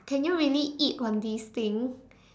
can you really eat on this thing